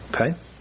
Okay